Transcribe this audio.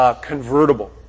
convertible